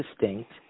distinct